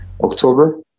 October